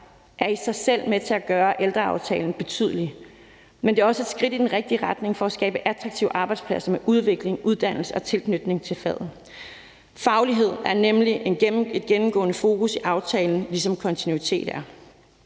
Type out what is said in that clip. er i sig selv med til at gøre ældreaftalen betydelig. Men det er også et skridt i den rigtige retning for at skabe attraktive arbejdspladser med udvikling, uddannelse og tilknytning til faget. Faglighed er nemlig et gennemgående fokus i aftalen, ligesom kontinuitet